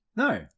No